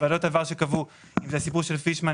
זה שקדם לסלינגר בתפקיד,